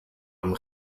einem